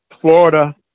Florida